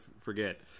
forget